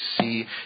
see